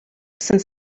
since